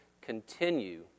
continue